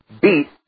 beat